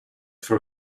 for